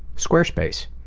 squarespace.